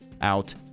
out